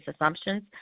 assumptions